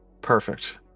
Perfect